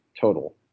total